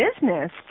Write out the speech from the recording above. business